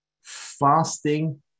fasting